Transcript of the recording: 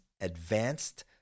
advanced